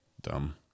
Dumb